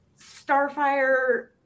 Starfire